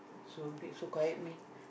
so which quiet me